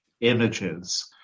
images